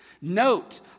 Note